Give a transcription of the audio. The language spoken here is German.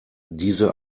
diese